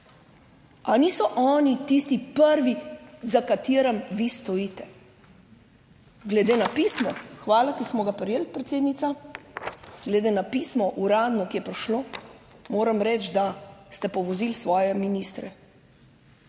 Ali niso oni tisti prvi, za katerim vi stojite? Glede na pismo, hvala, ki smo ga prejeli, predsednica, glede na pismo uradno, ki je prišlo, moram reči, da ste povozili svoje ministre.